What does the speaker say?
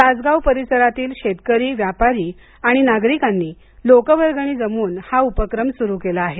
तासगाव परिसरातील शेतकरी व्यापारी आणि नागरिकांनी लोकवर्गणी जमवून हा उपक्रम सुरू केला आहे